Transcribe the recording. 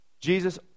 Jesus